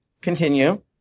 Continue